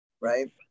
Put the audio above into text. right